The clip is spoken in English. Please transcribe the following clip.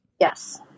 Yes